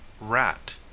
rat